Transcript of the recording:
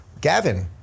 Gavin